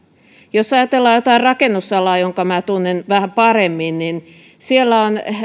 jos ajatellaan jotain rakennusalaa jonka minä tunnen vähän paremmin niin